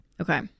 Okay